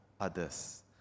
others